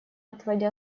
отводя